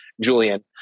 Julian